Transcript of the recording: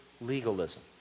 legalism